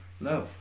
No